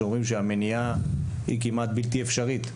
שאומרים שהמניעה היא כמעט בלתי אפשרית.